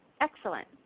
Excellent